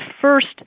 first